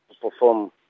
perform